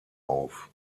auf